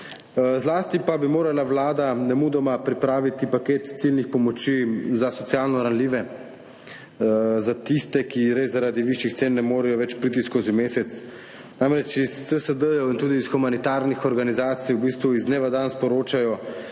Zlasti pa bi morala Vlada nemudoma pripraviti paket ciljnih pomoči za socialno ranljive, za tiste, ki res zaradi višjih cen ne morejo več priti skozi mesec. Namreč iz CSD-jev in tudi iz humanitarnih organizacij v bistvu iz dneva v dan sporočajo,